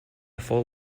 full